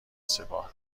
سپاه